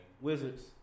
Wizards